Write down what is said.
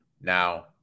Now